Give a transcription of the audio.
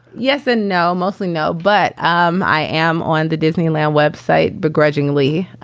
yes and no. mostly no. but um i am on the disneyland web site begrudgingly.